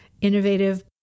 innovative